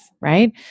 Right